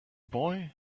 boy